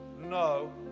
no